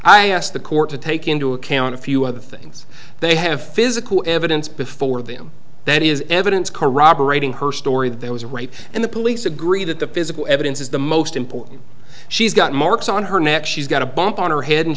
i asked the court to take into account a few other things they have physical evidence before them that is evidence corroborating her story that there was a rape and the police agree that the physical evidence is the most important she's got marks on her neck she's got a on her head and